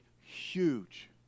huge